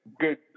good